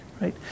right